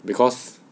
because